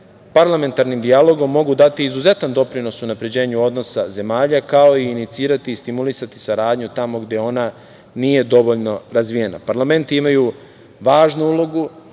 parlamentarnim dijalogom mogu dati izuzetan doprinos unapređenju odnosa zemalja, kao i inicirati i stimulisati saradnju tamo gde ona nije dovoljno razvijena. Parlamenti imaju važnu ulogu